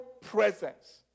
presence